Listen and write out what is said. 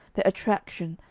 the attraction,